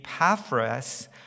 Epaphras